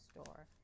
store